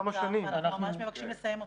ואנחנו ממש מבקשים לסיים אותו.